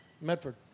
Medford